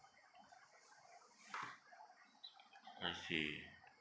I see